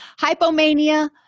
Hypomania